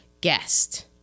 guest